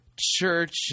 church